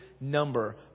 number